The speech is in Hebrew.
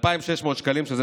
2,600 שקלים, שזה